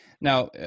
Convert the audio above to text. Now